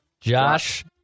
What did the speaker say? Josh